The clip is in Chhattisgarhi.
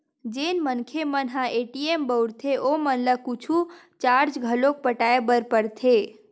जेन मनखे मन ह ए.टी.एम बउरथे ओमन ल कुछु चारज घलोक पटाय बर परथे